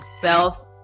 self